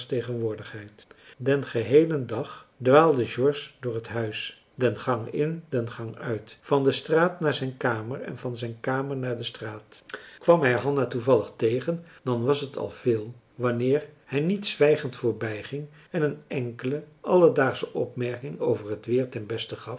tegenwoordigheid den geheelen dag dwaalde george door het huis den gang in den gang uit van de straat naar zijn kamer en van zijn kamer naar de straat kwam hij hanna toevallig tegen dan was t al veel wanneer hij niet zwijgend voorbijging en een enkele alledaagsche opmerking over het weer ten beste gaf